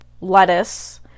lettuce